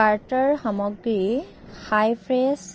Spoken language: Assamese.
কাৰ্টৰ সামগ্ৰী হাই ফ্ৰেছ